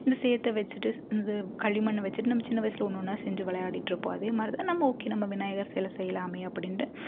இந்த சேற்றை வச்சுட்டு இந்த களிமண்ணை வச்சுட்டு நம்ம சின்ன வயசில் ஒன்னொன்னா செஞ்சு விளையாடிட்ருப்போம் அதே மாதிரி தான் நம்ம ஓகே நம்ம விநாயகர் சிலை செய்யலாம் அப்படின்டு